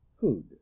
food